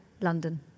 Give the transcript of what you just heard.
London